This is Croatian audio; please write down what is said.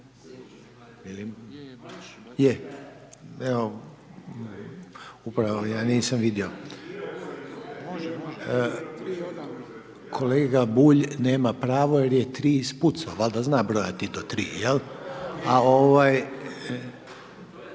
je. Evo, upravo ja nisam vidio. Kolega Bulj nema pravo jer je tri ispucao, valjda zna brojati do tri, jel, a ovaj,